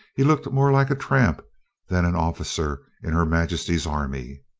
he looked more like a tramp than an officer in her majesty's army.